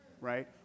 right